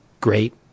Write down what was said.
great